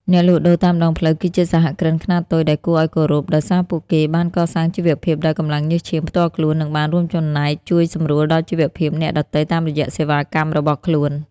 អ្នកលក់ដូរតាមដងផ្លូវគឺជាសហគ្រិនខ្នាតតូចដែលគួរឱ្យគោរព ដោយសារពួកគេបានកសាងជីវភាពដោយកម្លាំងញើសឈាមផ្ទាល់ខ្លួន និងបានរួមចំណែកជួយសម្រួលដល់ជីវភាពអ្នកដទៃតាមរយៈសេវាកម្មរបស់ខ្លួន។